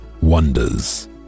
wonders